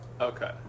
okay